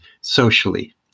socially